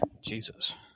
Jesus